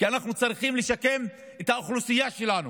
כי אנחנו צריכים לשקם את האוכלוסייה שלנו.